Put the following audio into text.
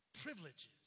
privileges